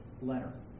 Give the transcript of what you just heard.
letter